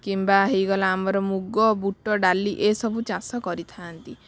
କିମ୍ବା ହେଇଗଲା ଆମର ମୁଗ ବୁଟ ଡ଼ାଲି ଏସବୁ ଚାଷ କରିଥାନ୍ତି